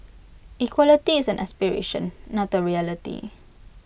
equality is an aspiration not A reality